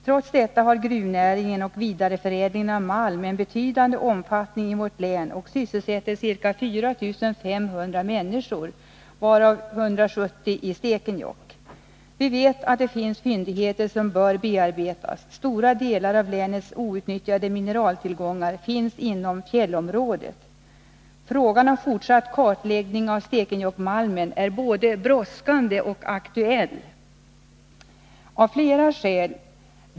Trots detta har gruvnäringen och vidareförädlingen av malm en betydande omfattning i vårt län och sysselsätter ca 4 500 människor, varav 170 i Stekenjokk. Vi vet att det finns fyndigheter som bör bearbetas. Stora delar av länets outnyttjade mineraltillgångar finns inom fjällområdet. En fortsatt kartläggning av Stekenjokkmalmen är både brådskande och aktuell, och det av flera skäl.